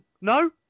no